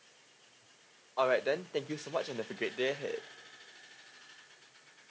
alright then thank you so much and have a great day ahead